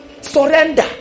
Surrender